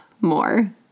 more